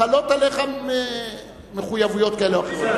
חלות עליך מחויבויות כאלה ואחרות.